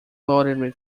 lottery